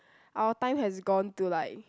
our time has gone to like